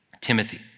Timothy